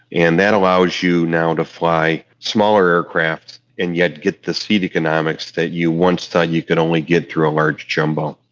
and that allows you now to fly smaller aircraft and yet get the seat economics that you once thought you could only get through a large jumbo.